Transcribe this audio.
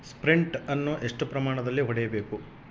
Sprint ಅನ್ನು ಎಷ್ಟು ಪ್ರಮಾಣದಲ್ಲಿ ಹೊಡೆಯಬೇಕು?